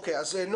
אהלן,